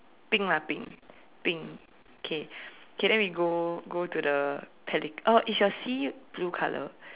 pink lah pink pink okay okay then we go go to the pelic~ uh is your sea blue colour